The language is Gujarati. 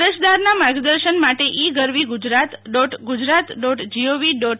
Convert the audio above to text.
અરજદારના માર્ગદર્શન માટે e Garvi Gujarat dot Gujarat dot gov dot